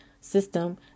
system